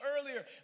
earlier